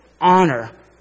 honor